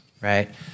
right